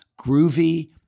Groovy